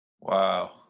Wow